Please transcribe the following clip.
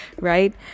right